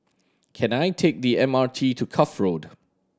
can I take the M R T to Cuff Road